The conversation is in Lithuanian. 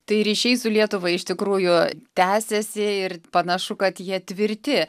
tai ryšiai su lietuva iš tikrųjų tęsiasi ir panašu kad jie tvirti